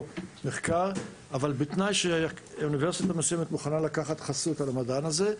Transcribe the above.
מחקר אבל זאת בתנאי שאוניברסיטה מסוימת מוכנה לקחת חסות על המדען הזה.